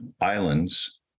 Islands